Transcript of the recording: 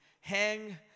hang